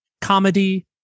comedy